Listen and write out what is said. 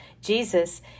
Jesus